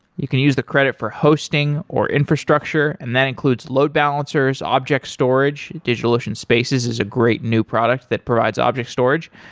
you can use the credit for hosting, or infrastructure and that includes load balancers, object storage, digitalocean spaces is a great new product that provides object storage,